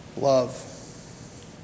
Love